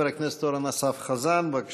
חבר הכנסת אורן אסף חזן, בבקשה.